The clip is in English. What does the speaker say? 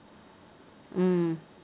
mm